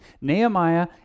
Nehemiah